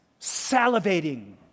salivating